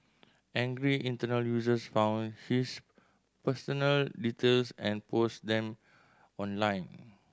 angry Internet users found his personal details and posted them online